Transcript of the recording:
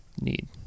need